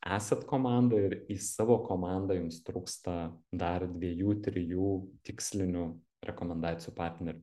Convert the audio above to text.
esat komandoj ir į savo komandą jums trūksta dar dviejų trijų tikslinių rekomendacijų partnerių